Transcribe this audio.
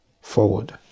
forward